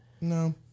No